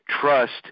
trust